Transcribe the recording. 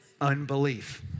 Unbelief